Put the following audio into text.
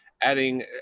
adding